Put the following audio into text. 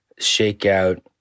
shakeout